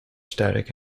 static